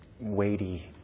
weighty